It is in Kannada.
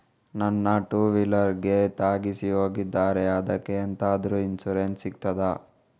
ನನ್ನ ಟೂವೀಲರ್ ಗೆ ತಾಗಿಸಿ ಹೋಗಿದ್ದಾರೆ ಅದ್ಕೆ ಎಂತಾದ್ರು ಇನ್ಸೂರೆನ್ಸ್ ಸಿಗ್ತದ?